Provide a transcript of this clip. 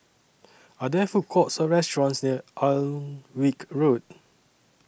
Are There Food Courts Or restaurants near Alnwick Road